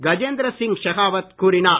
கஜேகந்திர சிங் ஷெகாவத் கூறினார்